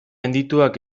handituak